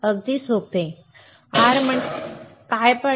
अगदी सोपे बरोबर प्रतिकार म्हणजे काय